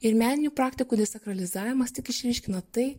ir meninių praktikų desakralizavimas tik išryškino tai